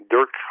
Dirk